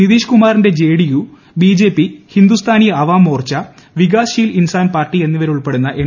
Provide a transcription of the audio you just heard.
നിതീഷ് കുമാറിന്റെ JDU BJP Hindustani Awam Morcha Vikassheel Insaan party എന്നിവരുൾപ്പെടുന്ന N